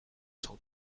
cent